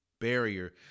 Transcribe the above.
barrier